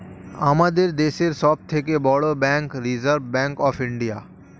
আমাদের দেশের সব থেকে বড় bank Reserve Bank of India